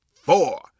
four